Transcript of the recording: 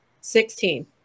sixteen